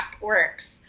works